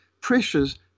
pressures